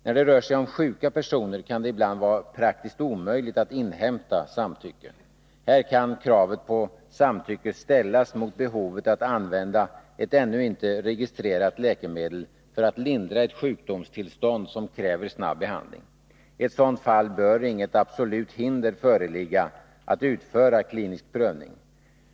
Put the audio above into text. När det rör sig om sjuka personer kan det ibland vara praktiskt omöjligt att inhämta samtycke. Här kan kravet på samtycke ställas mot behovet att använda ett ännu icke registrerat läkemedel för att lindra ett sjukdomstillstånd som kräver snabb behandling. I ett sådant fall bör inget absolut hinder föreligga att utföra klinisk prövning.